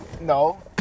No